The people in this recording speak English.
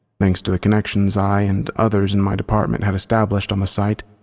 thanks to the connections i and others in my department had established on the site,